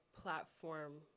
platform